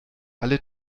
alle